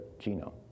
genome